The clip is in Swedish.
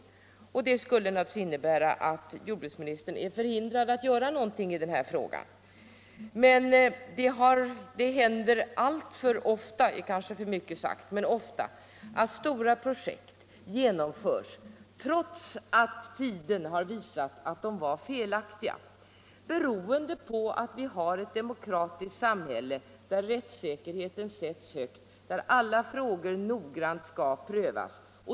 Det skulle naturligtvis innebära att jordbruksministern är förhindrad att göra någonting i denna fråga. Men det händer ofta att stora projekt genomförs trots att tiden har visat att de var felaktiga. Detta beror på att vi har ett demokratiskt samhälle där rättssäkerheten sätts högt, där alla frågor noggrant skall prövas.